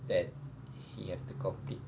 that he have to complete